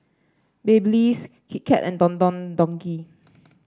Babyliss Kit Kat and Don Don Donki